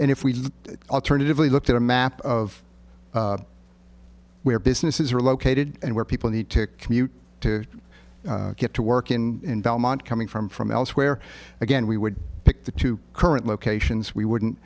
and if we alternatively looked at a map of where businesses are located and where people need to commute to get to work in belmont coming from from elsewhere again we would pick the two current locations we wouldn't